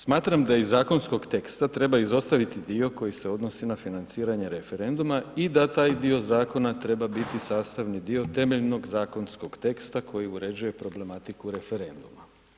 Smatram da iz zakonskog teksta treba izostaviti dio koji se odnosi na financiranje referenduma i da taj dio zakona treba biti sastavni dio temeljnog zakonskog teksta koji uređuje problematiku referenduma.